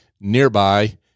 nearby